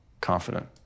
confident